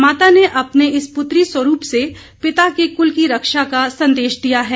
माता ने अपने इस पुत्री स्वरूप से पिता के कुल की रक्षा का संदेश दिया है